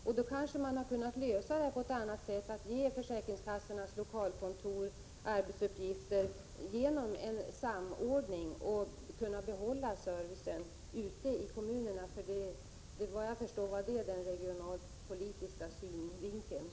Kanske skulle det hela kunna lösas genom att man samordnade arbetsuppgifterna för försäkringskassornas lokalkontor så att man kunde behålla den servicen ute i kommunerna. Det är, såvitt jag förstår, den regionalpolitiska synvinkeln.